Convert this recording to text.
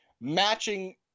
matching